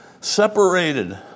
separated